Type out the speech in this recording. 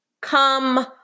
come